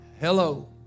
Hello